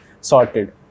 sorted